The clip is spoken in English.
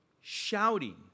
Shouting